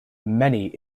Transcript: many